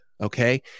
okay